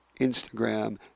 Instagram